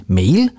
mail